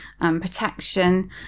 protection